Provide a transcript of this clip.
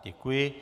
Děkuji.